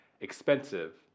expensive